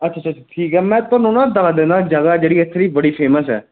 ਅੱਛਾ ਅੱਛਾ ਠੀਕ ਹੈ ਮੈਂ ਤੁਹਾਨੂੰ ਨਾ ਦੱਸ ਦਿੰਦਾ ਜਗ੍ਹਾ ਜਿਹੜੀ ਇੱਥੇ ਦੀ ਬੜੀ ਫੇਮਸ ਹੈ